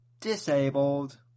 Disabled